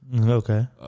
Okay